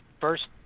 first